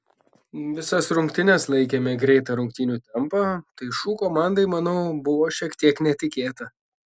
visas rungtynes laikėme greitą rungtynių tempą tai šu komandai manau buvo šiek tiek netikėta